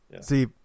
See